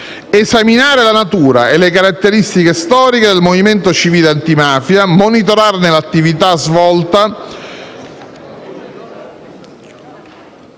esaminare la natura e le caratteristiche storiche del movimento civile antimafia, monitorarne l'attività svolta,